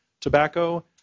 tobacco